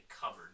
covered